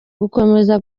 gukomeza